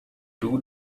two